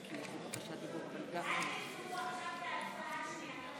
אנחנו עוברים להצבעה על הצעת חוק התוכנית